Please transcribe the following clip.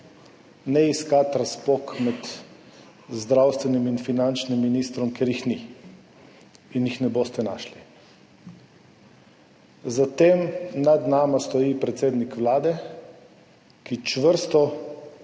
Ne iskati razpok med zdravstvenim in finančnim ministrom, ker jih ni in jih ne boste našli. Za tem nad nama stoji predsednik Vlade, ki čvrsto